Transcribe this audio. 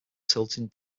tilting